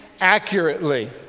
accurately